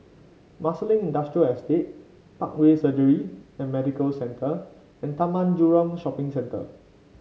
Marsiling Industrial Estate Parkway Surgery and Medical Centre and Taman Jurong Shopping Centre